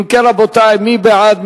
אם כן, רבותי, מי בעד?